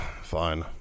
Fine